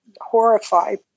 horrified